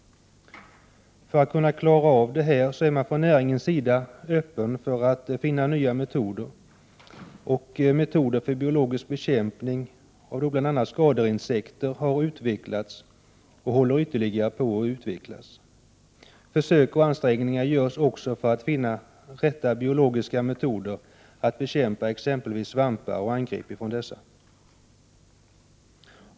För att klara av detta är man från näringens sida öppen för att finna nya metoder, och metoder för biologisk bekämpning av bl.a. skadeinsekter har utvecklats och håller ytterligare på att utvecklas. Försök och ansträngningar görs också för att finna rätta biologiska metoder att bekämpa t.ex. svampar och angrepp från dessa.